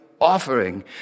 offering